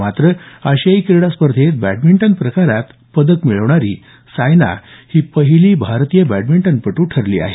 मात्र आशियाई क्रीडा स्पर्धेत बॅटमिंटन प्रकारात पदक मिळवणारी ती पहिली भारतीय बॅटमिंटनपट्र ठरली आहे